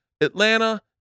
Atlanta